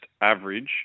average